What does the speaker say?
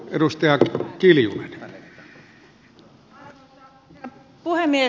arvoisa herra puhemies